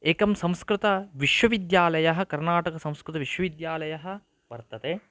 एकं संस्कृतविश्वविद्यालयः कर्नाटकसंस्कृतविश्वविद्यालयः वर्तते